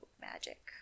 magic